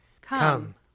Come